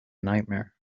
nightmare